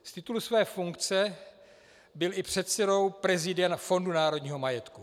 Z titulu své funkce byl i předsedou prezídia na Fondu národního majetku.